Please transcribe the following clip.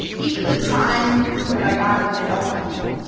even the time that i got an lp.